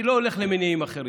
אני לא הולך למניעים אחרים,